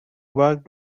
worked